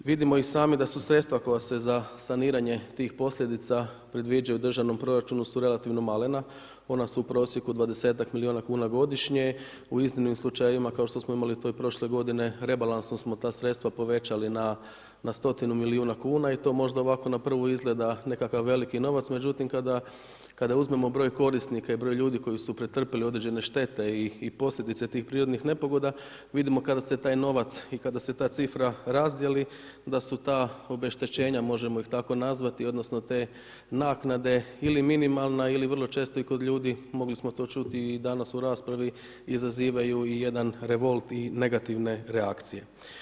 Vidimo i sami da su sredstva koja se za saniranje tih posljedica predviđaju u državnom proračunu su relativno malena, ona su u prosjeku 20ak milijuna kuna godišnje, u iznimnim slučajevima kao što smo imali to i prošle godine rebalansom smo ta sredstva povećali na stotinu milijuna kuna i to možda ovako na prvu izgleda nekakav veliki novac, međutim kada uzmemo broj korisnika i broj ljudi koji su pretrpili određene štete i posljedice tih prirodnih nepogoda vidimo kada se taj novac i kada se ta cifra razdijeli da su ta obeštećenja, možemo ih tako nazvati, odnosno te naknade ili minimalna ili vrlo često i kod ljudi, mogli smo to čuti i danas u raspravi, izazivaju i jedan revolt i negativne reakcije.